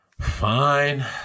Fine